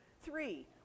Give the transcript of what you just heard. Three